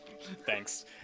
Thanks